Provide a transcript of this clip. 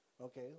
Okay